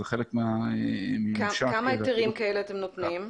זה חלק מהממשק --- כמה היתרים כאלה אתם נותנים?